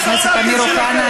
חבר הכנסת אמיר אוחנה,